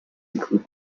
include